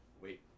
wait